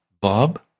Bob